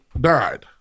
died